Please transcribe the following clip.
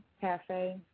Cafe